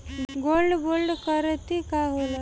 Gold bond करतिं का होला?